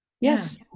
yes